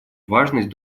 важность